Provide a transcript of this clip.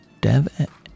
dev